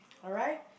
alright